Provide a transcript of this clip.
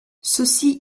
ceci